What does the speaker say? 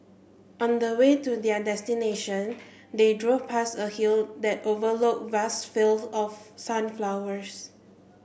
on the way to their destination they drove past a hill that overlooked vast field of sunflowers